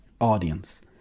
audience